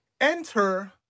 Enter